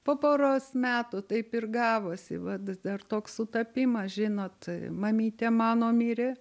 po poros metų taip ir gavosi vat dar toks sutapimas žinot mamytė mano mirė